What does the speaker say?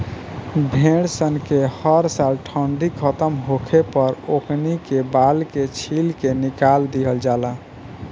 भेड़ सन के हर साल ठंडी खतम होखे पर ओकनी के बाल के छील के निकाल दिहल जाला